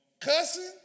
Cussing